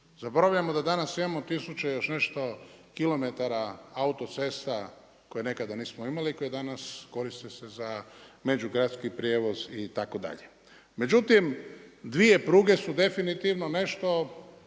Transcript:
Zaboravljamo da danas imamo 1000 i još nešto kilometara autocesta, koje nekada nismo imali, koje danas, koriste se za međugradski prijevoz itd. Međutim, 2 pruge su definitivno nešto